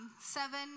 Seven